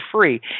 free